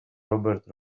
robert